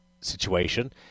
situation